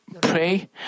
pray